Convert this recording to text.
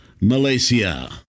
Malaysia